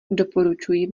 doporučuji